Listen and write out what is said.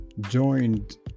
joined